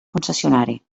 concessionari